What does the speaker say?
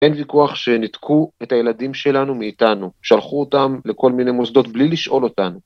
אין ויכוח שניתקו את הילדים שלנו מאיתנו, שלחו אותם לכל מיני מוסדות בלי לשאול אותנו.